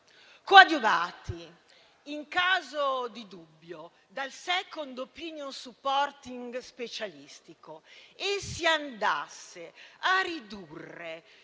coadiuvati, in caso di dubbio, dal *second opinion supporting* specialistico, e si andasse a ridurre